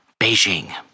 Beijing